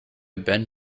been